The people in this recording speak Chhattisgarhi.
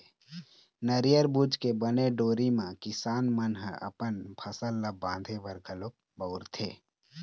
नरियर बूच के बने डोरी म किसान मन ह अपन फसल ल बांधे बर घलोक बउरथे